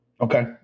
Okay